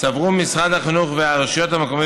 צברו משרד החינוך והרשויות המקומיות